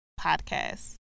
podcast